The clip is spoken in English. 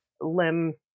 limb